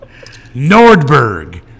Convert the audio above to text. Nordberg